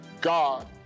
God